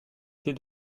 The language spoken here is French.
ces